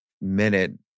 minute